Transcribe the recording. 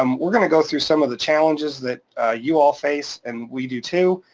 um we're gonna go through some of the challenges that you all face and we do too,